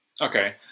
Okay